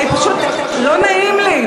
אני פשוט, לא נעים לי.